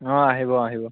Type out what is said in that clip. অঁ আহিব আহিব